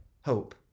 hope